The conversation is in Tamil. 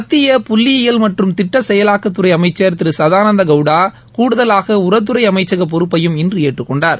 மத்திய புள்ளியியல் மற்றும் திட்ட செயலாக்கத்துறை அமைச்சர் திரு சதானந்த கவுடா கூடுதலாக உரத்துறை அமைச்சக பொறுப்பையும் இன்று ஏற்றுக் கொண்டார்